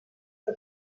que